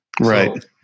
Right